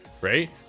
right